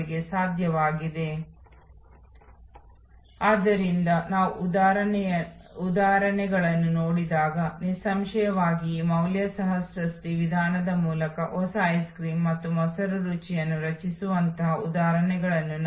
ಹೇಗಾದರೂ ಇವೆಲ್ಲವೂ ನೀವು ಸುಲಭವಾಗಿ ಹುಡುಕಬಹುದು ಮತ್ತು ಹೆಚ್ಚಿನ ಡೇಟಾವನ್ನು ಪಡೆಯಬಹುದು